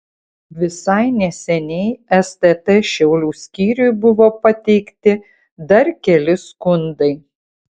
visai neseniai stt šiaulių skyriui buvo pateikti dar keli skundai